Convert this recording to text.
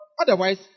Otherwise